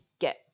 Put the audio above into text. get